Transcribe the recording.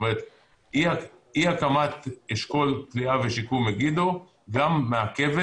זאת אומרת אי-התאמת אשכול כליאה ושיקום מגידו גם מעכבת